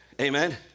amen